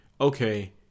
okay